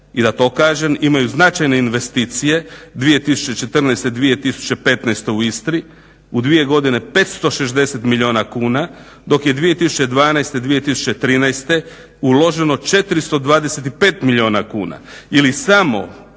i da to kažem imaju značajne investicije 2014., 2015. u Istri, u dvije godine 560 milijuna kuna dok je 2012., 2013. uloženo 425 milijuna kuna